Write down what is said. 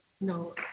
No